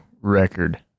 record